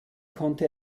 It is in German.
konnte